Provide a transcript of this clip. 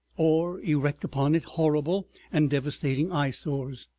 or erect upon it horrible and devastating eyesores.